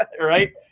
Right